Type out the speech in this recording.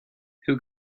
who